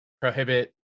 prohibit